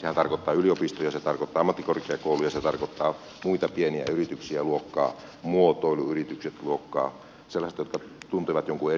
sehän tarkoittaa yliopistoja ja se tarkoittaa ammattikorkeakouluja ja se tarkoittaa muita pieniä yrityksiä luokkaa muotoiluyritykset siis sellaisia jotka tuntevat jonkin